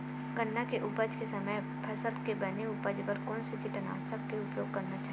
गन्ना के उपज के समय फसल के बने उपज बर कोन से कीटनाशक के उपयोग करना चाहि?